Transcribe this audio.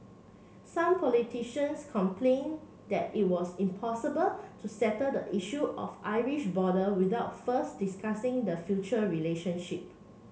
some politicians complained that it was impossible to settle the issue of Irish border without first discussing the future relationship